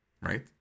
right